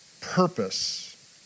purpose